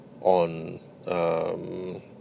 on